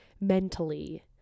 mentally